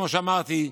כמו שאמרתי,